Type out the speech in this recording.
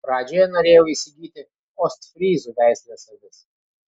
pradžioje norėjau įsigyti ostfryzų veislės avis